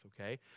okay